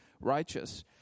righteous